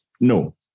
No